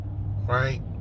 Right